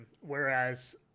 whereas